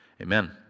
amen